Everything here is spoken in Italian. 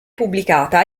pubblicata